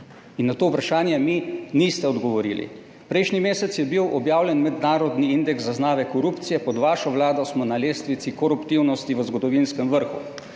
In na to vprašanje mi niste odgovorili. Prejšnji mesec je bil objavljen mednarodni indeks zaznave korupcije, pod vašo vlado smo na lestvici koruptivnosti v zgodovinskem vrhu.